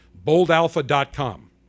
BoldAlpha.com